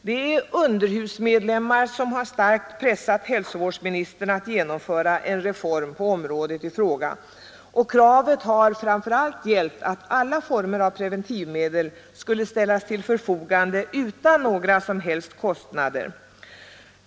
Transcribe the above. Det är underhusmedlemmar som har starkt pressat hälsovårdsministern att genomföra en reform på området i fråga, och kravet har framför allt gällt att alla former av preventivmedel skall ställas till förfogande utan några som helst kostnader.